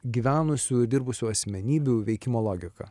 gyvenusių dirbusių asmenybių veikimo logika